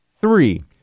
three